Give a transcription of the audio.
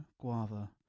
guava